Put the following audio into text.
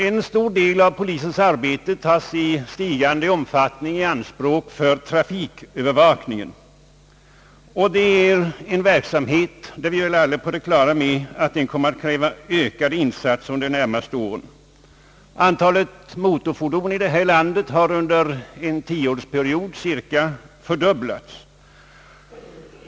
En stor del av polisens arbetstid tas i anspråk för trafikövervakning, en verksamhet — det är vi alla på det klara med — som kommer att kräva ökade insatser under de närmaste åren. Antalet motorfordon i detta land har under en tioårsperiod mer än fördubblats.